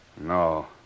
No